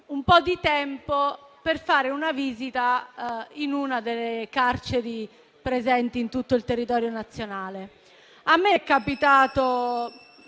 un po' di tempo per fare una visita in una delle carceri presenti su tutto il territorio nazionale. A me è capitato